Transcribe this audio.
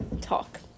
talk